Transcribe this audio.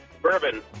Bourbon